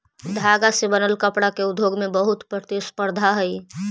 धागा से बनल कपडा के उद्योग में बहुत प्रतिस्पर्धा हई